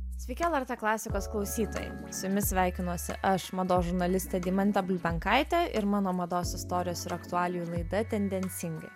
sveiki lrt klasikos klausytojai su jumis sveikinuosi aš mados žurnalistė deimantė bulbenkaitė ir mano mados istorijos ir aktualijų laida tendencingai